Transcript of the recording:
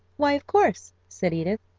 why, of course, said edith,